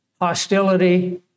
hostility